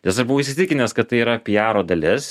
nes aš buvau įsitikinęs kad tai yra piaro dalis